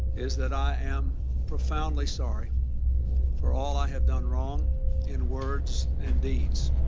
is that i am profoundly sorry for all i have done wrong in words and deeds